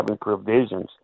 provisions